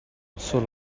solo